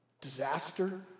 Disaster